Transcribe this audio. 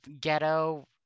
ghetto